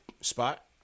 spot